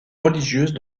religieuse